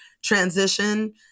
transition